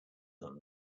than